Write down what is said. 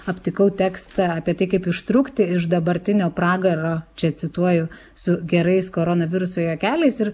aptikau tekstą apie tai kaip ištrūkti iš dabartinio pragaro čia cituoju su gerais koronaviruso juokeliais ir